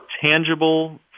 tangible